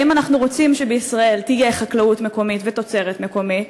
האם אנחנו רוצים שבישראל תהיה חקלאות מקומית ותוצרת מקומית,